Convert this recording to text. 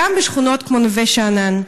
גם בשכונות כמו נווה שאנן.